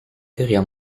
teoria